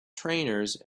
trainers